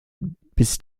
bis